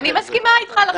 אני מסכימה איתך לחלוטין.